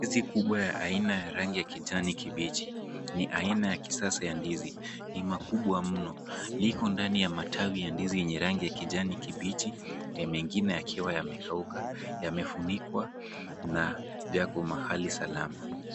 Ndizi kubwa ya aina ya rangi ya kijani kibichi. Ni aina ya kisasa ya ndizi. Ni makubwa mno. Liko ndani ya matawi ya ndizi yenye rangi ya kijani kibichi na mengine yakiwa yamekauka. Yamefunikwa na yako mahali salama.